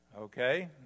Okay